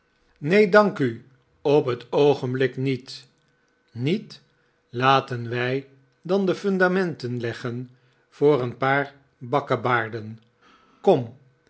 neen r dank u op t oogenblik niet niet laten wij dan de fundamenten leggen voor een paar